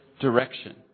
direction